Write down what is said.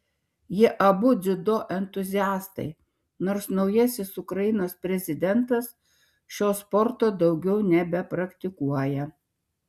jie abu dziudo entuziastai nors naujasis ukrainos prezidentas šio sporto daugiau nebepraktikuoja